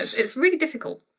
it's really difficult.